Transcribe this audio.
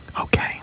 okay